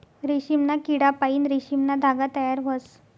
रेशीमना किडापाईन रेशीमना धागा तयार व्हस